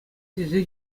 тесе